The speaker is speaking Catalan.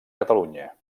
catalunya